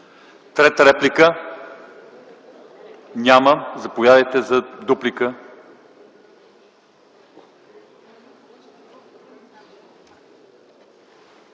Трета реплика? Няма. Заповядайте за дуплика.